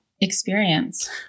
experience